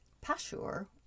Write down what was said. Pashur